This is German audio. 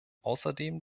außerdem